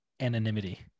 anonymity